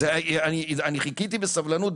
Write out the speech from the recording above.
אני חיכיתי בסבלנות,